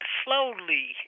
slowly